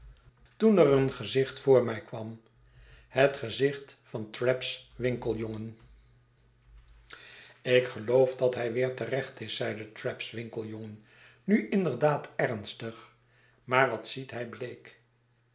toen er een gezicht voor mij kwam het gezicht van trabb's winkeljongen ik geloof dat hij weer te recht is zeide trabbs winkeljongen nu inderdaad ernstig maar wat ziet hij bleek